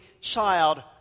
child